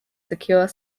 secure